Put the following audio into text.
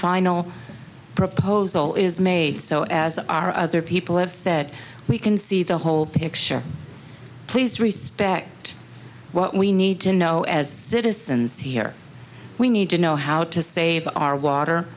final proposal is made so as our other people have said we can see the whole picture please respect what we need to know as citizens here we need to know how to save our water